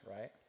right